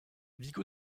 vigo